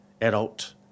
adult